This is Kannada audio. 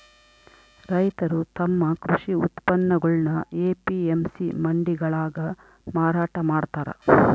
ರೈತರು ತಮ್ಮ ಕೃಷಿ ಉತ್ಪನ್ನಗುಳ್ನ ಎ.ಪಿ.ಎಂ.ಸಿ ಮಂಡಿಗಳಾಗ ಮಾರಾಟ ಮಾಡ್ತಾರ